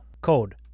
code